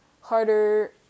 harder